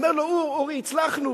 אני אומר לו: אורי, הצלחנו.